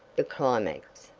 the climax,